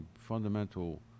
fundamental